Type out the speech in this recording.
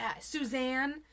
Suzanne